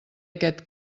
aquest